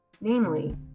namely